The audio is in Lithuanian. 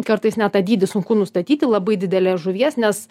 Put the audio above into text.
kartais net tą dydį sunku nustatyti labai didelės žuvies nes